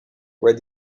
where